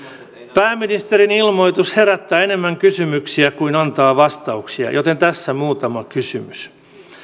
pääministerin ilmoitus herättää enemmän kysymyksiä kuin antaa vastauksia joten tässä muutama kysymys